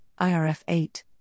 IRF8